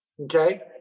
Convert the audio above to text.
okay